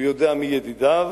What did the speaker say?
הוא יודע מי ידידיו